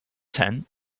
ten